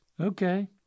Okay